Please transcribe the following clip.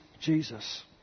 Jesus